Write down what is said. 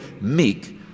meek